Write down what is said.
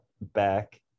back